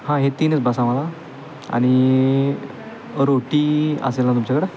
हां हे तीनच बस आम्हाला आणि रोटी असेल ना तुमच्याकडं